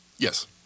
Yes